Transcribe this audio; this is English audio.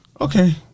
okay